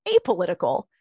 apolitical